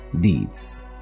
deeds